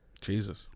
Jesus